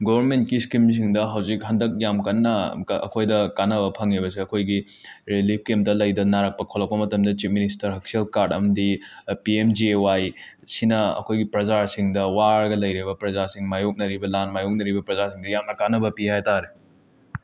ꯒꯣꯚꯔꯃꯦꯟꯠꯀꯤ ꯁ꯭ꯀꯤꯝꯁꯤꯡꯗ ꯍꯧꯖꯤꯛ ꯍꯟꯗꯛ ꯌꯥꯝ ꯀꯟꯅ ꯑꯃꯨꯛꯀ ꯑꯩꯈꯣꯏꯗ ꯀꯥꯟꯅꯕ ꯐꯪꯉꯤꯕꯁꯦ ꯑꯩꯈꯣꯏꯒꯤ ꯔꯤꯂꯤꯞ ꯀꯦꯝꯞꯇ ꯂꯩꯗꯅ ꯅꯥꯔꯛꯄ ꯈꯣꯠꯂꯛꯄ ꯃꯇꯝꯗ ꯆꯤꯞ ꯃꯤꯅꯤꯁꯇꯔ ꯍꯛꯁꯦꯜ ꯀꯥꯔꯗ ꯑꯝꯗꯤ ꯄꯤ ꯑꯦꯝ ꯖꯦ ꯋꯥꯏ ꯑꯁꯤꯅ ꯑꯩꯈꯣꯏꯒꯤ ꯄ꯭ꯔꯖꯥꯁꯤꯡꯗ ꯋꯥꯔꯒ ꯂꯩꯔꯤꯕ ꯄ꯭ꯔꯖꯥꯁꯤꯡ ꯃꯥꯌꯣꯛꯅꯔꯤꯕ ꯂꯥꯟ ꯃꯥꯌꯣꯛꯅꯔꯤꯕ ꯄ꯭ꯔꯖꯥꯁꯤꯡꯗ ꯌꯥꯝꯅ ꯀꯥꯟꯅꯕ ꯄꯤ ꯍꯥꯏ ꯇꯥꯔꯦ